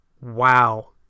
Wow